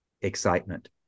excitement